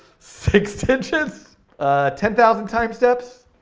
six digits, ten thousand time steps?